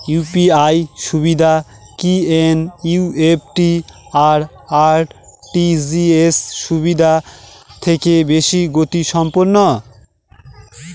UPI সুবিধা কি NEFT আর আর.টি.জি.এস সুবিধা থেকে বেশি গতিসম্পন্ন?